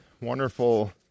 wonderful